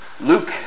Luke